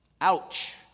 Ouch